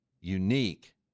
unique